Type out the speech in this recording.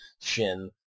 Shin